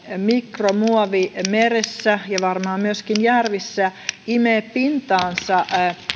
mikromuovi meressä ja varmaan myöskin järvissä imee pintaansa